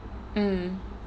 mm